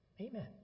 Amen